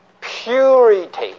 purity